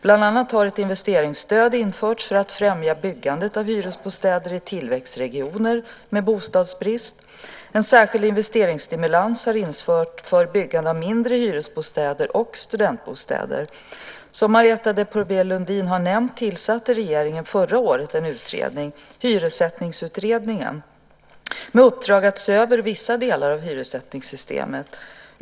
Bland annat har ett investeringsstöd införts för att främja byggandet av hyresbostäder i tillväxtregioner med bostadsbrist. En särskild investeringsstimulans har införts för byggande av mindre hyresbostäder och studentbostäder. Som Marietta de Pourbaix-Lundin har nämnt tillsatte regeringen förra året en utredning, Hyressättningsutredningen, med uppdrag att se över vissa delar av hyressättningssystemet.